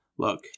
Look